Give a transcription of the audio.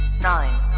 nine